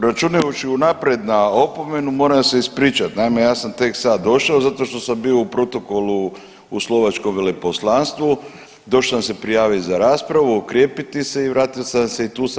Računajući unaprijed na opomenu moram se ispričat, naime ja sam tek sad došao zato što sam bio u protokolu u Slovačkom veleposlanstvu, došao sam se prijavit za raspravu, okrijepiti se i vratio sam se i tu sam.